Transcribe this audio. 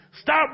Stop